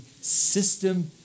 system